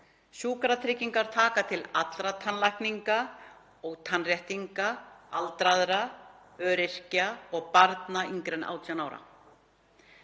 Sjúkratryggingar taka til allra tannlækninga og tannréttinga aldraðra, öryrkja og barna yngri en 18 ára.